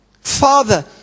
Father